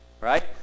right